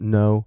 no